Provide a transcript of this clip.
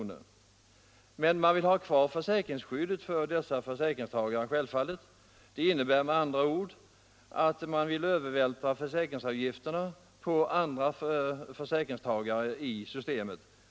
Man vill emellertid självfallet ha kvar försäkringsskyddet för de ifrågavarande försäkringstagarna. Man vill med andra ord övervältra försäkringsavgifterna på andra försäkringstagare.